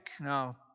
Now